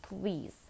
please